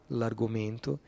l'argomento